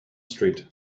street